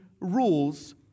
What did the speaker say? rules